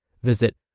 Visit